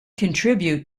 contribute